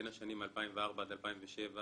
בין השנים 2004 עד 2007,